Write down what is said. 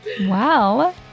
Wow